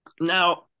Now